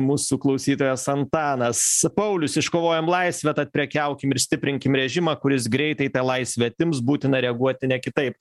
mūsų klausytojas antanas paulius iškovojom laisvę tad prekiaukim ir stiprinkim režimą kuris greitai tą laisvę atims būtina reaguoti ne kitaip